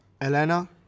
Elena